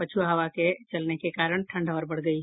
पछ्आ हवा के चलने के कारण ठंड और बढ़ गयी